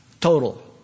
total